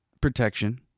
protection